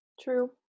True